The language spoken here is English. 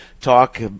talk